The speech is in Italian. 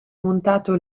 montato